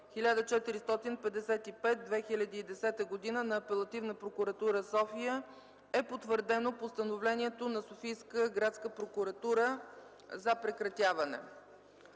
1455/2010 г. на Апелативна прокуратура – София, е потвърдено Постановлението на Софийска градска прокуратура за прекратяване.